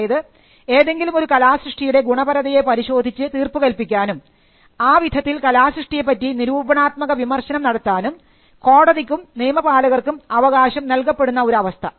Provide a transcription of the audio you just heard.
അതായത് ഏതെങ്കിലും ഒരു കലാസൃഷ്ടിയുടെ ഗുണപരതയെ പരിശോധിച്ച് തീർപ്പുകൽപ്പിക്കാനും ആ വിധത്തിൽ കലാസൃഷ്ടിയെ പറ്റി നിരൂപണാത്മക വിമർശനം നടത്താനും കോടതിക്കും നീതിപാലകർക്കും അവകാശം നൽകപ്പെടുന്ന ഒരു അവസ്ഥ